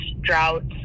droughts